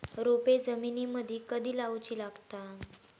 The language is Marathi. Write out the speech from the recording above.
रोपे जमिनीमदि कधी लाऊची लागता?